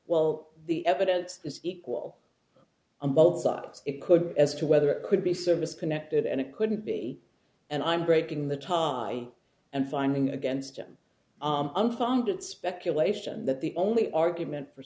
well the evidence is equal and what's hot it could be as to whether it could be service connected and it couldn't be and i'm breaking the tie and finding against him unfounded speculation that the only argument for